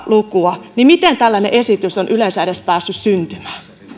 lukua niin miten tällainen esitys on yleensä edes päässyt syntymään